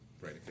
Right